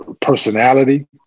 personality